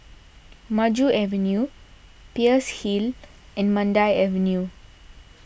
Maju Avenue Peirce Hill and Mandai Avenue